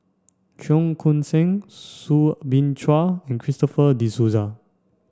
Cheong Koon Seng Soo Bin Chua and Christopher De Souza